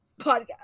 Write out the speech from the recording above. podcast